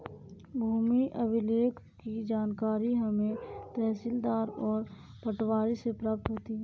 भूमि अभिलेख की जानकारी हमें तहसीलदार और पटवारी से प्राप्त होती है